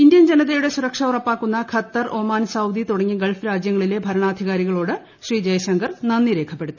Indian ജനതയുടെ സുരക്ഷ ഉറപ്പാക്കുന്ന ഖത്തർ ഒമാൻ സൌദി തുടങ്ങിയ ഗൾഫ് രാജ്യങ്ങളിലെ ഭരണാധികാരികളോട് ശ്രീ ജയശങ്കർ നന്ദി രേഖപ്പെടുത്തി